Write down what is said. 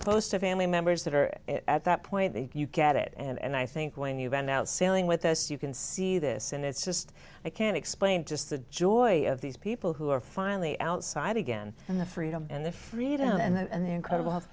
close to family members that are at that point they you get it and i think when you've been out sailing with us you can see this and it's just i can't explain just the joy of these people who are finally outside again and the freedom and the freedom and the incredible